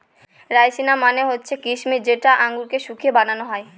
রাইসিনা মানে হচ্ছে কিসমিস যেটা আঙুরকে শুকিয়ে বানানো হয়